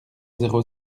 zéro